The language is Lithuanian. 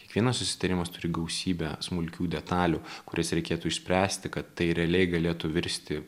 kiekvienas susitarimas turi gausybę smulkių detalių kurias reikėtų išspręsti kad tai realiai galėtų virsti